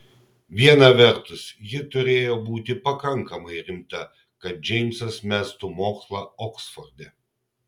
viena vertus ji turėjo būti pakankamai rimta kad džeimsas mestų mokslą oksforde